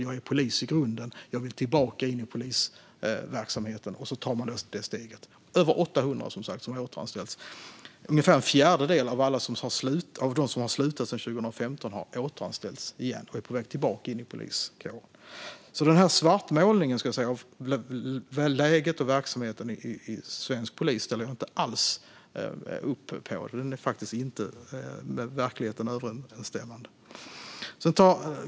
De är ju poliser i grunden. De ville tillbaka in i polisverksamheten och tog det steget. Över 800 personer har återanställts, som sagt. Ungefär en fjärdedel av dem som har slutat sedan 2015 har återanställts och är på väg tillbaka in i poliskåren, så den här svartmålningen av läget och verksamheten i svensk polis ställer jag inte alls upp på. Detta är faktiskt inte med verkligheten överensstämmande.